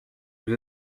nous